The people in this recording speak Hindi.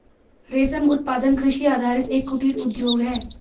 रेशम उत्पादन कृषि आधारित एक कुटीर उद्योग है